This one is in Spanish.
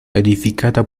edificada